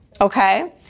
okay